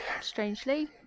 Strangely